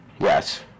yes